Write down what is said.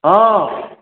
ହଁ